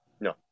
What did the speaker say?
No